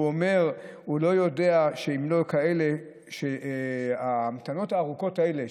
והוא אומר שהוא לא יודע אם ההמתנות הארוכות האלה,